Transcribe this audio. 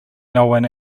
known